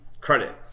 credit